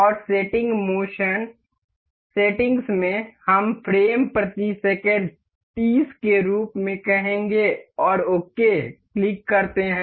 और settings motion settings में हम फ्रेम प्रति सेकंड 30 के रूप में कहेंगे आप ओके क्लिक करते हैं